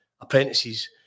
apprentices